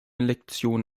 lektion